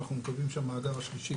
אנחנו מקווים שהמאגר השלישי,